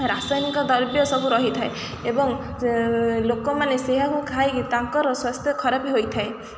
ରାସାୟନିକ ଦ୍ରବ୍ୟ ସବୁ ରହିଥାଏ ଏବଂ ଲୋକମାନେ ସେଇଆକୁ ଖାଇକି ତାଙ୍କର ସ୍ୱାସ୍ଥ୍ୟ ଖରାପ ହୋଇଥାଏ